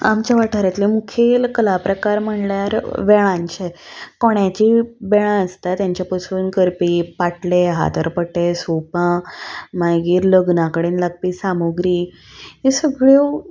आमच्या वाठारांतले मुखेल कला प्रकार म्हणल्यार बेळांचे कोण्याची बेळां आसता तेंचे पसून करपी पाटले हातरपटे सोपां मागीर लग्ना कडेन लागपी सामग्री ह्यो सगळ्यो